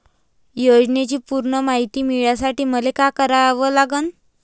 योजनेची पूर्ण मायती मिळवासाठी मले का करावं लागन?